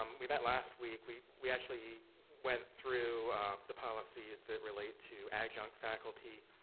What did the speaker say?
um we met last week. we we actually went through the policies that relate to adjunct faculty,